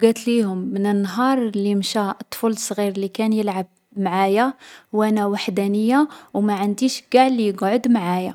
قاتليهم من النهار لي مشا الطفل الصغير لي كان يلعب معايا وانا وحدانية و ما عنديش قاع لي يقعد معايا.